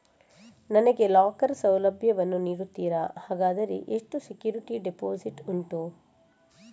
ನನಗೆ ಲಾಕರ್ ಸೌಲಭ್ಯ ವನ್ನು ನೀಡುತ್ತೀರಾ, ಹಾಗಾದರೆ ಎಷ್ಟು ಸೆಕ್ಯೂರಿಟಿ ಡೆಪೋಸಿಟ್ ಉಂಟು?